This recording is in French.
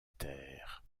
terre